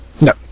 No